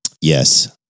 yes